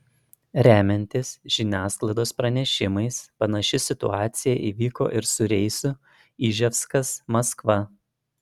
remiantis žiniasklaidos pranešimais panaši situacija įvyko ir su reisu iževskas maskva